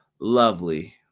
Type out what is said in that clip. Lovely